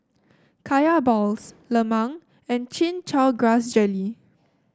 Kaya Balls lemang and Chin Chow Grass Jelly